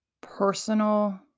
personal